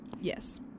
yes